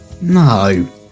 No